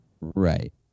right